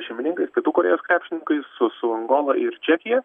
šeimininkais pietų korėjos krepšininkais su su angola ir čekija